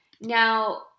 Now